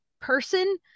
person